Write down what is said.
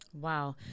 Wow